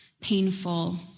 painful